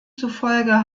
zufolge